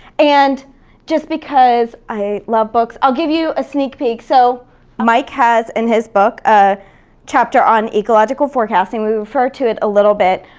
and just because i love books, i'll give you a sneak peak. so mike has in his book a chapter on ecological forecasting. we refer to it a little bit.